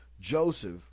Joseph